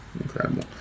Incredible